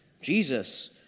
Jesus